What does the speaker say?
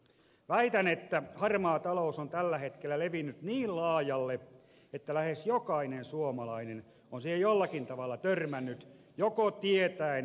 väitän että harmaa talous on tällä hetkellä levinnyt niin laajalle että lähes jokainen suomalainen on siihen jollakin tavalla törmännyt joko tietäen tai tietämättään